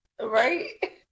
Right